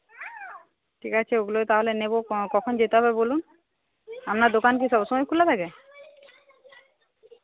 ঠিক আছে ওগুলোই তাহলে নেবো কো কখন যেতে হবে বলুন আপনার দোকান কি সব সময় খোলা থাকে